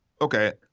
okay